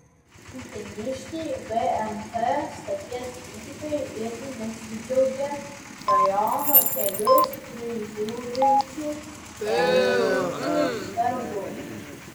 uteniškiai gmp stoties gydytojai irgi nesidžiaugia rajono kelius prižiūrinčių kelininkų darbu